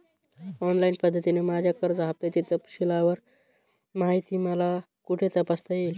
Online पद्धतीने माझ्या कर्ज हफ्त्याची तपशीलवार माहिती मला कुठे तपासता येईल?